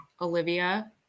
Olivia